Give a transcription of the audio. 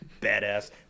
Badass